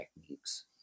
techniques